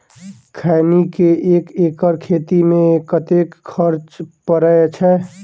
खैनी केँ एक एकड़ खेती मे कतेक खर्च परै छैय?